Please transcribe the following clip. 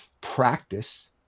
practice